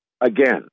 Again